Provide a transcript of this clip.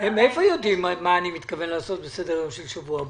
מאיפה יודעים מה אני מתכוון לעשות בסדר-היום של השבוע הבא?